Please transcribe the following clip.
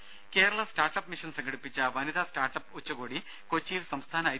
രുര Kerala startup mission സംഘടിപ്പിച്ച വനിത സ്റ്റാർട്ട് അപ്പ് ഉച്ചകോടി കൊച്ചിയിൽ സംസ്ഥാന ഐ